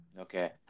Okay